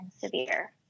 severe